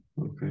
Okay